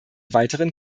weiteren